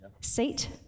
seat